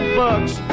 bucks